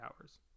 hours